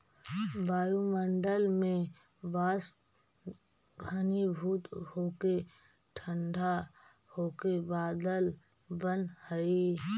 वायुमण्डल में वाष्प घनीभूत होके ठण्ढा होके बादल बनऽ हई